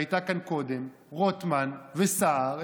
שהייתה כאן קודם, רוטמן וסער.